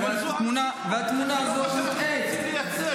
והתמונה הזאת מוטעית,